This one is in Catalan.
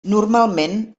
normalment